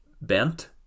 bent